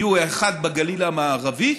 יהיו, האחד בגליל המערבי,